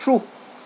true